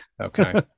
Okay